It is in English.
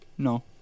No